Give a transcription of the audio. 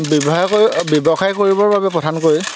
ব্যৱসায় কৰি ব্যৱসায় কৰিবৰ বাবে প্ৰধানকৈ